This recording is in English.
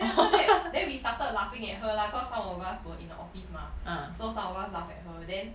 then after that then we started laughing at her lah because some of us were in the office mah so some of us laugh at her then